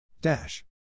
Dash